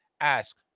ask